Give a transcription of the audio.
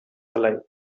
alive